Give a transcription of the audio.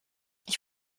ich